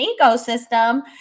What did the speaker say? ecosystem